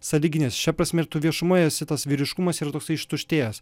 sąlyginis šia prasme ir tu viešumoje esi tas vyriškumas yra toksai ištuštėjęs